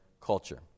culture